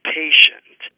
patient